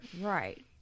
Right